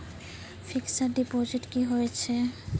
Fixed deposit की होय छै?